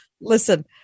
Listen